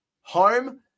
Home